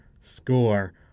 Score